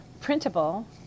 printable